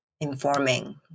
informing